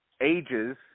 ages